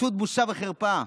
פשוט בושה וחרפה.